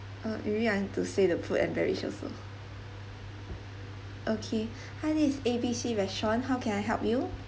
uh you mean I've to say the food and beverage also okay hi this is A B C restaurant how can I help you